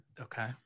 Okay